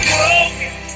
Broken